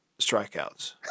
strikeouts